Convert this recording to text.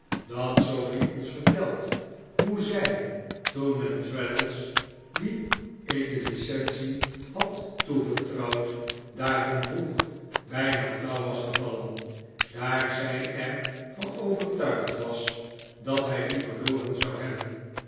dat sofie ons vertelt hoe zij toen men traddles wien ik de licence had toevertrouwd daarom vroeg bijna flauw was gevallen daar zij er van overtuigd was dat hij die verloren zou hebben